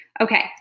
okay